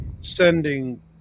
sending